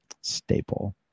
staple